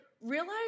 realize